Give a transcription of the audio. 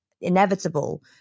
inevitable